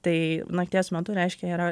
tai nakties metu reiškia yra